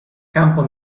campo